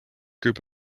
group